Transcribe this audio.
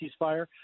ceasefire